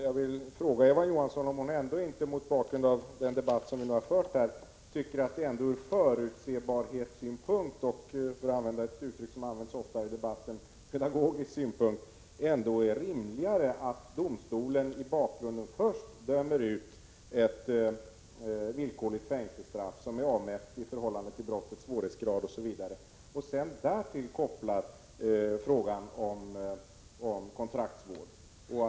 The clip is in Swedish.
Jag vill fråga Eva Johansson om hon ändå inte tycker, mot bakgrund av den debatt som vi nu har fört här, att det ur förutsebarhetssynpunkt och ur — för att använda ett uttryck som ofta används i debatten — pedagogisk synpunkt är lämpligare att domstolen i bakgrunden först dömer ut ett villkorligt fängelsestraff i förhållande till brottets svårighetsgrad och sedan därtill kopplar frågan om kontraktsvård?